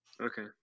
Okay